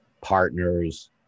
partners